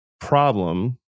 problem